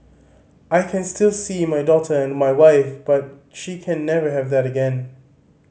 I can still see my daughter and my wife but she can never have that again